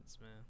man